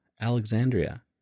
Alexandria